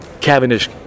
Cavendish